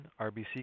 rbc